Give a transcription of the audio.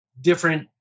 different